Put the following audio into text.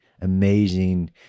amazing